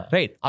Right